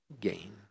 gain